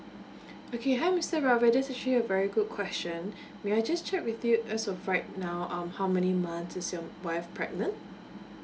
okay hi mister ravi this is actually very good question may I just check with you as of right now um how many months is your wife pregnant